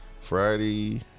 Friday